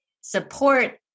support